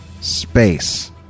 space